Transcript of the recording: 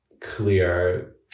clear